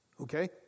Okay